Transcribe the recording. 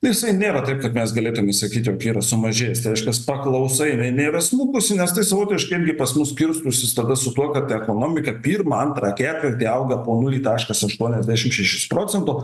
visai nėra ta kad mes galėtumėme sakyti jog yra sumažėjęs tai reiškias paklausa jinai nėra smukusi nes tai savotiškai irgi pas mus kirstųsi tada su tuo kad ekonomika pirmą antrą ketvirtį auga po nulį taškas aštuoniasdešimt šešis procento